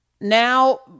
now